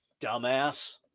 dumbass